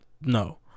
no